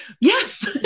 Yes